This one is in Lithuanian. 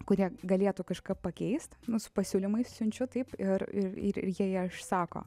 kurie galėtų kažką pakeist nu su pasiūlymais siunčiu taip ir ir jei aš sako